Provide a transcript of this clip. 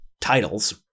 titles